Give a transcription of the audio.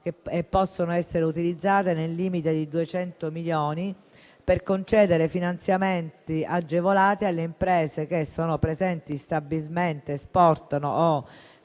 che possono essere utilizzati nel limite di 200 milioni, e per concedere finanziamenti agevolati alle imprese che sono presenti stabilmente, esportano o si